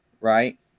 right